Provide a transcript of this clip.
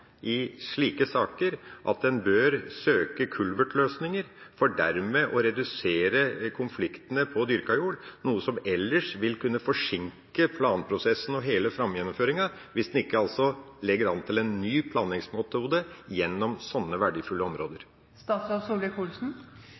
i slike saker at en bør søke kulvertløsninger, for dermed å redusere konfliktene ved dyrket jord, noe som ellers vil kunne forsinke planprosessen og hele framføringa, hvis en ikke legger opp til en ny planleggingsmetode gjennom sånne verdifulle områder?